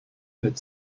mit